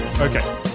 Okay